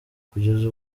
kugeza